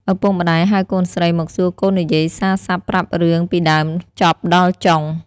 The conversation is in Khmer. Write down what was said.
ឪពុកម្ដាយហៅកូនស្រីមកសួរកូននិយាយសារស័ព្ទប្រាប់រឿងពីដើមចប់ដល់ចុង។